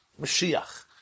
Mashiach